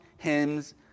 hymns